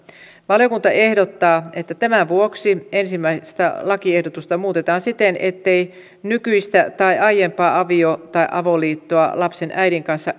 valiokunta ehdottaa että tämän vuoksi ensimmäinen lakiehdotusta muutetaan siten ettei nykyistä tai aiempaa avio tai avoliittoa lapsen äidin kanssa